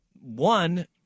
one